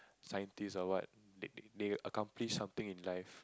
scientist or what they they accomplish something in life